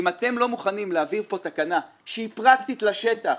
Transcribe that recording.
אם אתם לא מוכנים להעביר תקנה שהיא פרקטית לשטח,